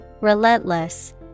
Relentless